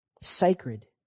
sacred